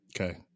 okay